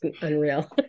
Unreal